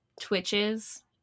Twitches